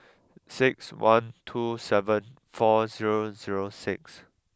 six one two seven four zero zero six